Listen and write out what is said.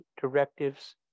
directives